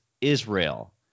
Israel